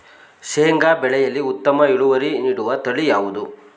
ಶೇಂಗಾ ಬೆಳೆಯಲ್ಲಿ ಉತ್ತಮ ಇಳುವರಿ ನೀಡುವ ತಳಿ ಯಾವುದು?